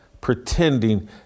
pretending